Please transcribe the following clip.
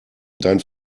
dein